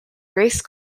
grace